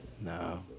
No